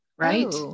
Right